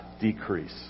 decrease